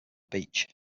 beach